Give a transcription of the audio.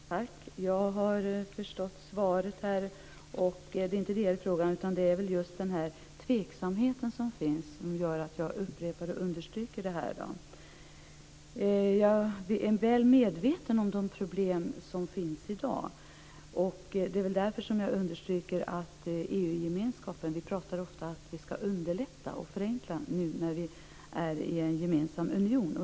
Fru talman! Jag har förstått svaret. Det är inte det som det är fråga om, utan det är just den tveksamhet som finns som gör att jag upprepar och understryker detta. Jag är väl medveten om de problem som finns i dag. Det är därför som jag understryker EU gemenskapen. Vi pratar ofta om att vi skall underlätta och förenkla nu när vi är i en gemensam union.